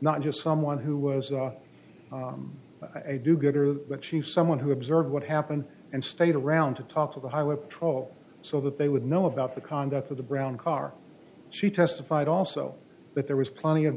not just someone who was a do gooder but she was someone who observed what happened and stayed around to talk of the highway patrol so that they would know about the conduct of the brown car she testified also that there was plenty of